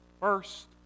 first